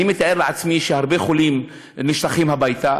אני מתאר לעצמי שהרבה חולים נשלחים הביתה,